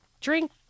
drink